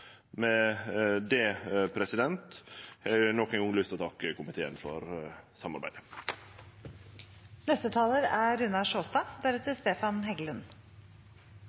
Med det har eg nok ein gong lyst til å takke komiteen for